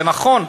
זה נכון.